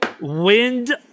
wind